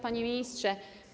Panie Ministrze!